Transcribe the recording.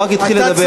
הוא רק התחיל לדבר.